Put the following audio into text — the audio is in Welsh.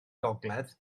gogledd